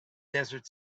desert